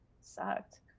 sucked